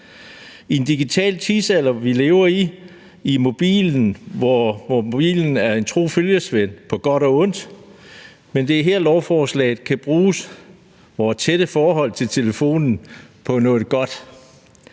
i en digital tidsalder, hvor mobilen er en tro følgesvend på godt og ondt, og det er her, at lovforslaget kan bruge vores tætte forhold til telefonen på noget godt,